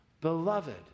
beloved